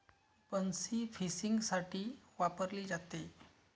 बन्सी फिशिंगसाठी वापरली जाते